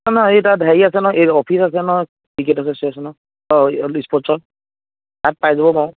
নহয় নহয় এই তাত হেৰি আছে নহয় এই অফিচ আছে নহয় ক্ৰিকেট এছ'চিয়েশ্য়নৰ অঁ স্পৰ্টছৰ তাত পাই যাব পাৰো